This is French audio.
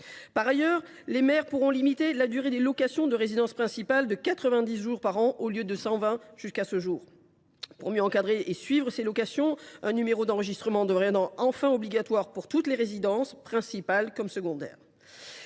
Par ailleurs, les maires pourront limiter la durée de location des résidences principales à 90 jours par an, contre 120 jours actuellement. Pour mieux encadrer et suivre ces locations, un numéro d’enregistrement deviendra obligatoire pour toutes les résidences, principales comme secondaires.